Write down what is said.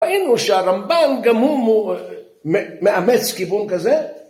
ראינו שהרמב״ם גם הוא מאמץ כיוון כזה.